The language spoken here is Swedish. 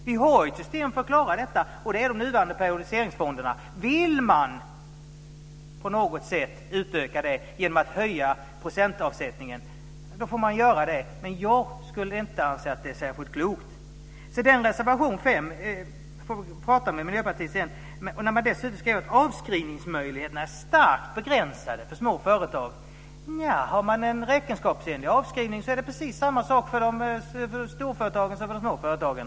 Vi har ett system för att klara detta, och det är de nuvarande periodiseringsfonderna. Vill man på något sätt utöka det genom att höja procentavsättningen så får man göra det, men jag anser inte att det är särskilt klokt. Vi får prata med Miljöpartiet sedan. Man skriver dessutom att avskrivningsmöjligheterna är starkt begränsade för små företag. Nja, har man en räkenskapsenlig avskrivning så är det precis samma sak för storföretagen som för de små företagen.